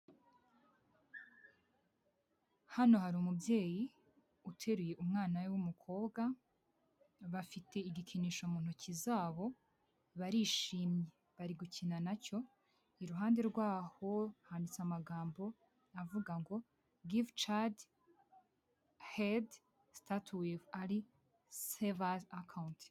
Hano hari umubyeyi uteruye umwana we w'umukobwa, bafite igikinisho mu ntoki zabo barishimye bari gukina nacyo, iruhande rwaho handitse amagambo avuga ngo givu cadi hedi sitati wivu ali sevazi akawunti.